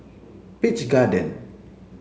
Peach Garden